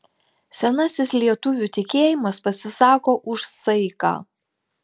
senasis lietuvių tikėjimas pasisako už saiką